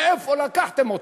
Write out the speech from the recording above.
מאיפה לקחתם אותו?